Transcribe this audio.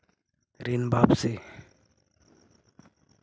ऋण वापसी?